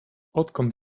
odkąd